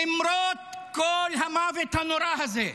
למרות כל המוות הנורא הזה,